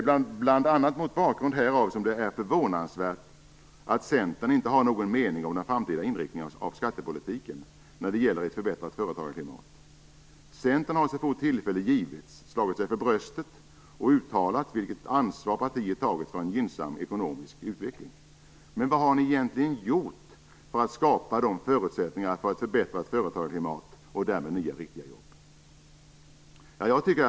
Bl.a. mot bakgrund härav är det förvånansvärt att Centern inte har någon mening om den framtida inriktningen av skattepolitiken när det gäller ett förbättrat företagarklimat. Centern har så fort tillfälle givits slagit sig för bröstet och uttalat vilket ansvar partiet tagit för en gynnsam ekonomisk utveckling. Men vad har ni egentligen gjort för att skapa förutsättningar för att förbättra ett företagarklimat och därmed nya riktiga jobb?